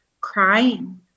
crying